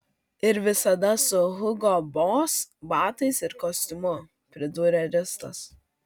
ir visada su hugo boss batais ir kostiumu pridūrė ristas